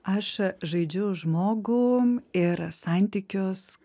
aš žaidžiu žmogų ir santykius